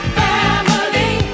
family